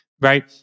right